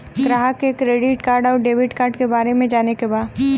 ग्राहक के credit card और डेविड कार्ड के बारे में जाने के बा?